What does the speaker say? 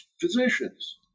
physicians